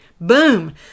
boom